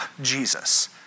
Jesus